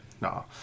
No